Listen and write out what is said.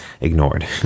ignored